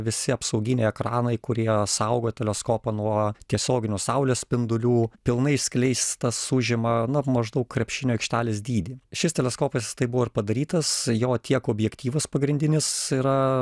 visi apsauginiai ekranai kurie saugo teleskopą nuo tiesioginių saulės spindulių pilnai išskleistas užima na maždaug krepšinio aikštelės dydį šis teleskopas jis taip buvo ir padarytas jo tiek objektyvas pagrindinis yra